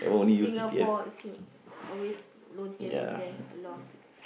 Singapore always don't dare don't dare a lot of things